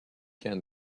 can